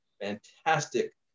fantastic